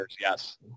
Yes